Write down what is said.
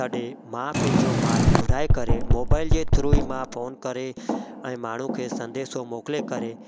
तॾहिं मां पंहिंजो मालु घुराए करे मोबाइल जे थ्रू ई मां फ़ोन करे ऐं माण्हू खे संदेशो मोकिले करे